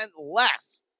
less